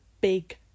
big